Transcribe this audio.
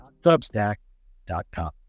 substack.com